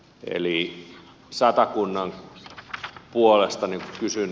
eli satakunnan puolesta kysyn